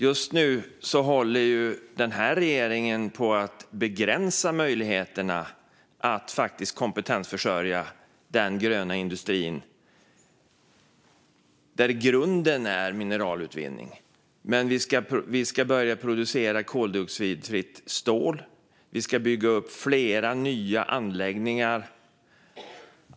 Just nu håller regeringen på att begränsa möjligheterna att kompetensförsörja den gröna industrin, där grunden är mineralutvinning. Vi ska börja producera koldioxidfritt stål. Vi ska bygga upp flera nya anläggningar.